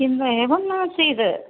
किं एवं नासीद्